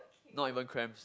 not even cramps